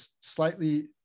slightly